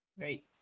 Great